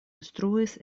instruis